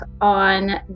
on